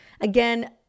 Again